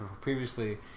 previously